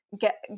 get